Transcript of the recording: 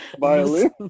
Violin